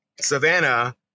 Savannah